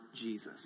Jesus